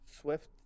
Swift